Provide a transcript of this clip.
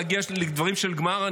להגיע לדברים של גמר,